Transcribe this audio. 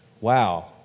Wow